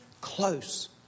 close